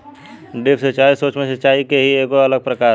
drip सिंचाई, सूक्ष्म सिचाई के ही एगो अलग प्रकार ह